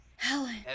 Helen